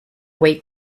wait